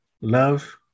love